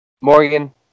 Morgan